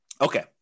Okay